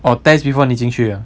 or test before 你进去 ah